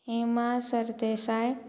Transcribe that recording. Hema Sardesai